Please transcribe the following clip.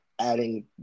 Adding